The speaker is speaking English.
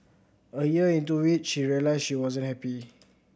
a year into it she realised she wasn't happy